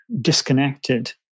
disconnected